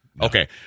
Okay